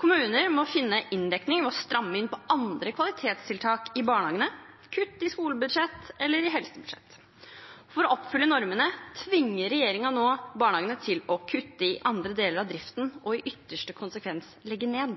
Kommuner må finne inndekning ved å stramme inn på andre kvalitetstiltak i barnehagene, kutte i skolebudsjett eller i helsebudsjett. For å oppfylle normene tvinger regjeringen nå barnehagene til å kutte i andre deler av driften og i ytterste konsekvens legge ned.